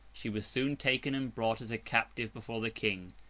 she was soon taken and brought as a captive before the king.